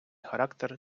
характер